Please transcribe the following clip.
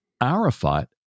Arafat